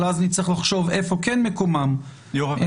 אבל אז נצטרך לחשוב איפה כן מקומם --- יושב-ראש הוועדה,